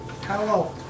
Hello